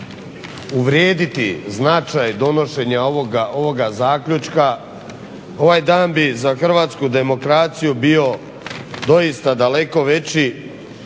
uvrijediti značaj donošenja ovoga zaključka, ovaj dan bi za hrvatsku demokraciju bio doista daleko veći